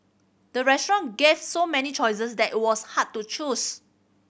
the restaurant gave so many choices that it was hard to choose